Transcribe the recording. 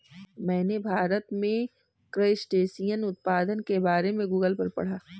मैंने भारत में क्रस्टेशियन उत्पादन के बारे में गूगल पर पढ़ा